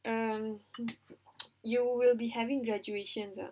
um you will be having graduation ah